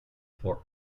for